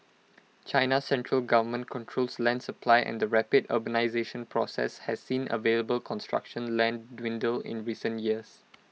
China's central government controls land supply and rapid urbanisation process has seen available construction land dwindle in recent years